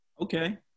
okay